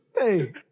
Hey